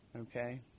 Okay